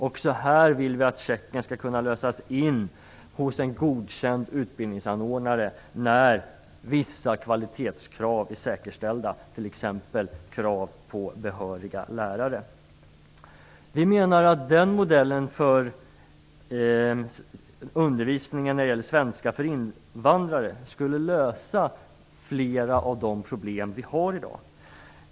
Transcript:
Också här vill vi att checken skall kunna lösas in hos en godkänd utbildningsanordnare när vissa kvalitetskrav är säkerställda, t.ex. krav på behöriga lärare. Vi menar att denna modell för undervisningen i svenska för invandrare skulle lösa flera av de problem som vi har i dag.